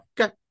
okay